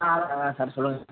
ஆ ஆ சார் சொல்லுங்கள் சார்